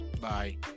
Bye